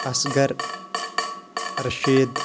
Asgar Rasheed